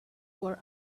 were